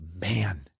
man